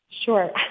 Sure